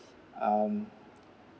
um